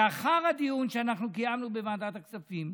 לאחר הדיון שקיימנו בוועדת הכספים,